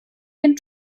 den